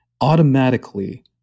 automatically